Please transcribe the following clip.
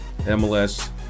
MLS